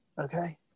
okay